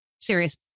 serious